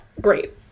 Great